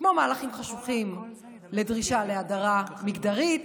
כמו מהלכים חשוכים לדרישה להדרה מגדרית,